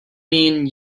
mean